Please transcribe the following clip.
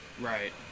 Right